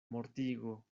mortigo